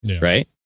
right